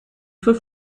für